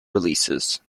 releases